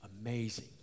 amazing